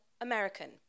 American